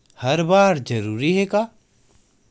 हर बार जरूरी हे का?